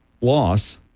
loss